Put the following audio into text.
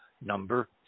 number